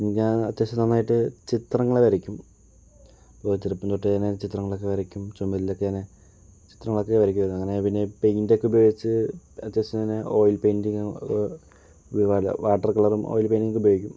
ഞാൻ അത്യാവശ്യം നന്നായിട്ട് ചിത്രങ്ങൾ വരയ്ക്കും വളരെ ചെറുപ്പത്തിൽ തൊട്ട് തന്നെ ചിത്രങ്ങൾ ഒക്കെ വരയ്ക്കും ചുമരിലൊക്കെ ഇങ്ങനെ ചിത്രങ്ങൾ ഒക്കെ വരയ്ക്കുമായിരുന്നു അങ്ങനെ പിന്നെ പെയിന്റ് ഒക്കെ ഉപയോഗിച്ച് ജസ്റ്റ് ഇങ്ങനെ ഓയിൽ പെയിൻ്റിങ്ങ് വാട്ടർ കളറും ഓയിൽ പെയിന്റും ഒക്കെ ഉപയോഗിക്കും